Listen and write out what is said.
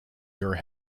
your